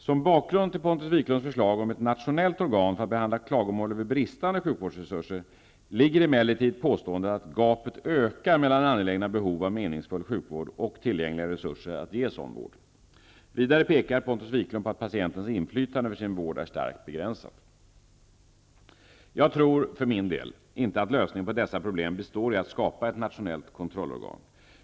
Som bakgrund till Pontus Wiklunds förslag om ett nationellt organ för att behandla klagomål över bristande sjukvårdsresurser ligger emellertid påståendet att gapet ökar mellan angelägna behov av meningsfull sjukvård och tillgängliga resurser att ge sådan vård. Vidare pekar Pontus Wiklund på att patientens inflytande över sin vård är starkt begränsat. Jag tror för min del inte att lösningen på dessa problem består i att skapa ett nationellt kontrollorgan.